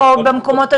כן.